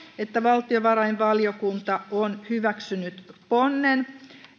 että valtiovarainvaliokunta on hyväksynyt ponnen